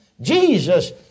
Jesus